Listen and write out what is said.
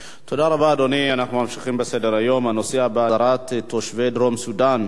הנושא הבא: החזרת תושבי דרום-סודן וחוף-השנהב למדינותיהם,